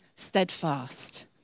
steadfast